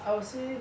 I would say